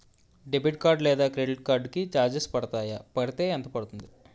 Debit card లేదా credit card కి charges పడతాయా? పడితే ఎంత పడుతుంది?